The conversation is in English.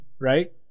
right